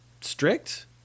strict